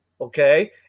Okay